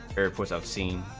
airports of scene